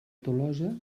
tolosa